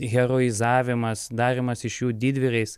heroizavimas darymas iš jų didvyriais